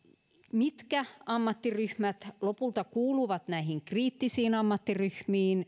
mitkä ammattiryhmät lopulta kuuluvat näihin kriittisiin ammattiryhmiin